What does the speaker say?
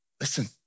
Listen